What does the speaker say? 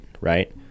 Right